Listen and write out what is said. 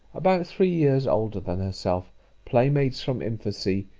about three years older than herself playmates from infancy,